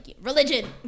religion